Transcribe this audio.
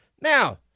Now